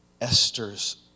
Esther's